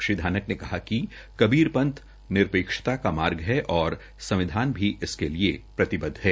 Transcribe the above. श्री धानक ने कहा कि कबीर पंथ निरपेक्षता का मार्ग है और संविधान भी इसके लिए प्रतिबदध है